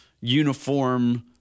uniform